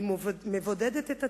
היא מבודדת את עצמה,